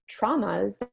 traumas